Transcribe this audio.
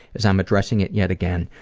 as i'm addressing it yet again,